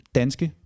danske